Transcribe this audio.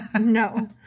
No